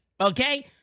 Okay